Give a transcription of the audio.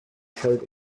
shirt